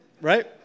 right